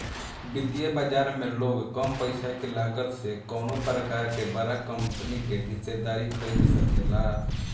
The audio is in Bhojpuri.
वित्तीय बाजार में लोग कम पईसा के लागत से कवनो प्रकार के बड़ा कंपनी के हिस्सेदारी खरीद सकेला